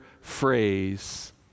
phrase